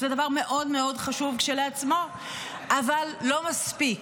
שזה דבר מאוד מאוד חשוב כשלעצמו אבל לא מספיק.